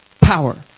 power